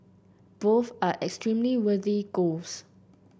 both are extremely worthy goals